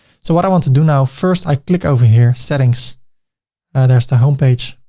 so what i want to do now, first i click over here settings there's the homepage,